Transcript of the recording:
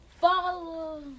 follow